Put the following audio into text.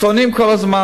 טוענים כל הזמן,